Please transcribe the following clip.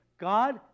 God